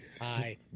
Hi